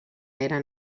era